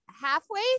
halfway